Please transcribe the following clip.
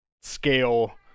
scale